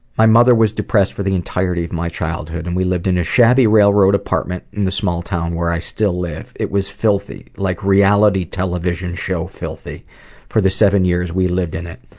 my mother was depressed for the entirety of our childhood, and we lived in a shabby railroad apartment in the small town where i still live. it was filthy like reality television show filthy for the seven years we lived in it.